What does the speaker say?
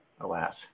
alas